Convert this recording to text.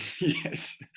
Yes